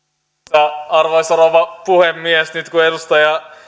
arvoisa rouva puhemies nyt kun edustaja